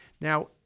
Now